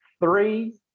Three